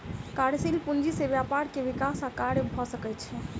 कार्यशील पूंजी से व्यापार के विकास आ कार्य भ सकै छै